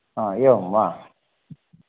हा एवं वा